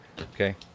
Okay